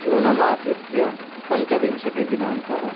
जून मासस्य पञ्चविंशतिदिनाङ्कः